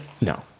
No